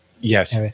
Yes